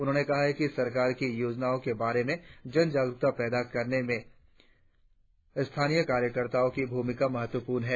उन्होंने कहा कि सरकार की योजनाओं के बारे में जन जागरुकता पैदा करने में स्थानीय कार्यकर्ताओं की भूमिका महत्वपूर्ण है